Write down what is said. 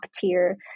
tier